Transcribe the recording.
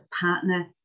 partner